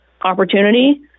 opportunity